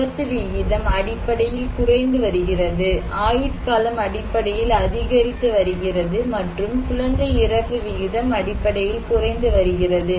விபத்து விகிதம் அடிப்படையில் குறைந்து வருகிறது ஆயுட்காலம் அடிப்படையில் அதிகரித்து வருகிறது மற்றும் குழந்தை இறப்பு விகிதம் அடிப்படையில் குறைந்து வருகிறது